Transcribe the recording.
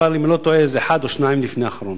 אבל אם לא טועה זה אחד או שניים לפני האחרון.